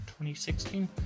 2016